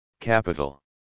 capital